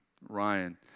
Ryan